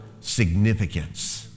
significance